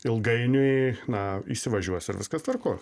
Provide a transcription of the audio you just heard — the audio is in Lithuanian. ilgainiui na įsivažiuos ir viskas tvarkoj